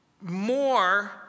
more